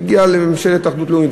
הגיע לממשלת אחדות לאומית,